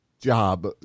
job